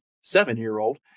seven-year-old